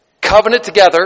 covenant-together